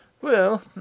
Well